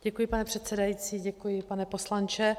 Děkuji, pane předsedající, děkuji, pane poslanče.